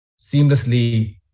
seamlessly